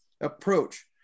approach